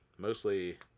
Mostly